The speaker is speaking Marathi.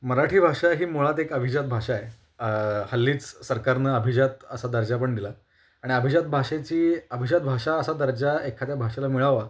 मराठी भाषा ही मुळात एक अभिजात भाषा आहे हल्लीच सरकारनं अभिजात असा दर्जा पण दिला आणि अभिजात भाषेची अभिजात भाषा असा दर्जा एखाद्या भाषेला मिळावा